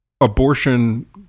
abortion